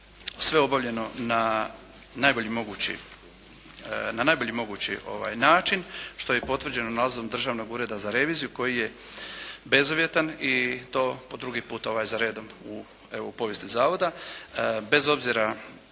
sve obavljeno na najbolji mogući način što je i potvrđeno nalazom Državnog ureda za reviziju koji je bezuvjetan i to po drugi put za redom u povijesti Zavoda.